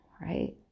right